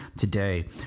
today